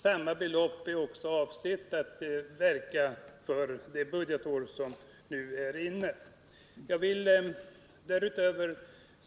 Samma belopp är avsett att användas under det tidigare budgetåret.